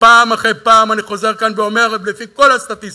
ופעם אחר פעם אני חוזר כאן ואומר: לפי כל הסטטיסטיקות,